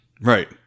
Right